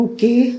Okay